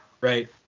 Right